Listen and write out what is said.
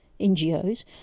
NGOs